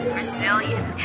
Brazilian